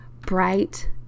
bright